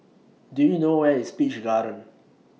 Do YOU know Where IS Peach Garden